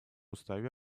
уставе